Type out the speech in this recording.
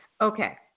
Okay